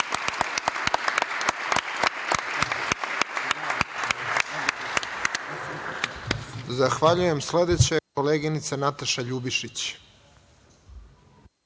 Zahvaljujem. Sledeća je koleginica Nataša Ljubišić.